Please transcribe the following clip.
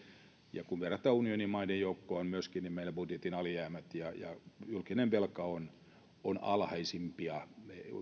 ja kun verrataan myöskin unionin maiden joukkoon niin meillä budjetin alijäämät ja ja julkinen velka ovat alhaisimpia